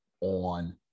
on